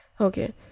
Okay